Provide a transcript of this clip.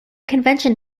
convention